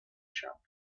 shop